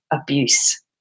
abuse